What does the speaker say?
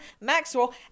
Maxwell